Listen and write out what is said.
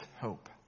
hope